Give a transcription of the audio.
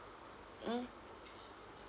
mm